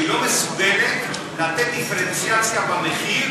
שהיא לא מסוגלת לתת דיפרנציאציה במחיר